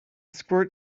squirt